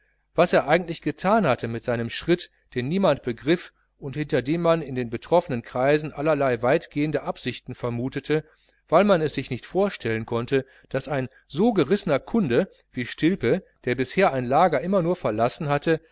was er eigentlich gethan hatte mit seinem schritt den niemand begriff und hinter dem man in den betroffenen kreisen allerlei weitgehende absichten vermutete weil man es sich nicht vorstellen konnte daß ein so gerissener kunde wie stilpe der bisher ein lager immer nur verlassen hatte